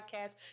Podcast